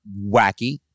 wacky